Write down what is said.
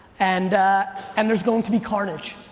and and there's going to be carnage.